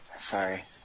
Sorry